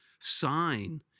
sign